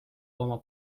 oma